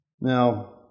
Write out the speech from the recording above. Now